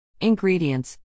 Ingredients